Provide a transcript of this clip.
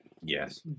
yes